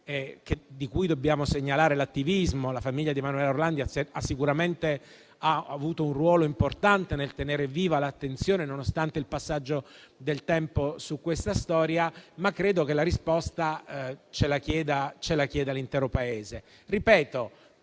di cui dobbiamo segnalare l'attivismo (quella di Emanuela Orlandi ha sicuramente avuto un ruolo importante nel tenere viva l'attenzione, nonostante il passaggio del tempo su questa storia), ma anche all'intero Paese, che